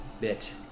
bit